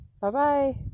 Bye-bye